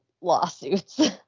lawsuits